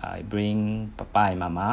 I bring papa and mama